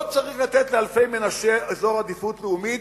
לא צריך לתת לאלפי-מנשה אזור עדיפות לאומית,